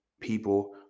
people